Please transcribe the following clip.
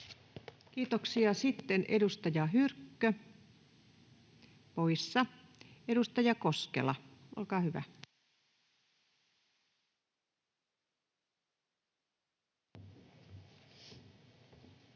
Kiitoksia. — Sitten edustaja Hyrkkö, poissa. — Edustaja Koskela, olkaa hyvä. [Speech